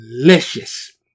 Delicious